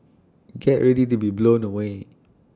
get ready to be blown away